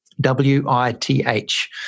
W-I-T-H